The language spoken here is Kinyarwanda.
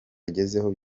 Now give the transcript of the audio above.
agezeho